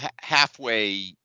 halfway